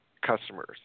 customers